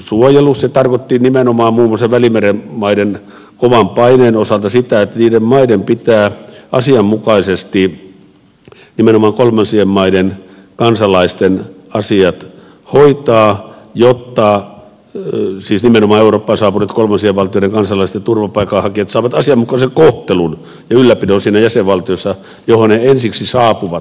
se tarkoitti nimenomaan muun muassa välimeren maiden kovan paineen osalta sitä että niiden maiden pitää asianmukaisesti nimenomaan kolmansien maiden kansalaisten asiat hoitaa jotta siis nimenomaan eurooppaan saapuneet kolmansien valtioiden kansalaiset ja turvapaikanhakijat saavat asianmukaisen kohtelun ja ylläpidon siinä jäsenvaltiossa johon he ensiksi saapuvat